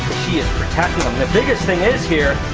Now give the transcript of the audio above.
she is protecting em. the biggest thing is here,